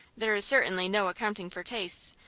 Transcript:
there is certainly no accounting for tastes.